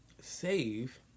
save